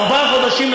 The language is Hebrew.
ארבעה חודשים,